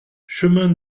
chemin